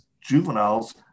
juveniles